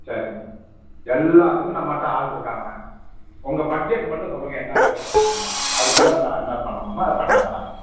சரிங்க எல்லாத்துக்கும் நம்மகிட்ட ஆள் இருக்காங்க உங்கள் பட்ஜெட்டு மட்டும் சொல்லுங்கள் என்ன ரேட்டுன்னு சொல்லுங்கள் அதுக்குள்ள நான் என்ன பண்ண முடியுமோ அதை பண்ணித்தர்றேன்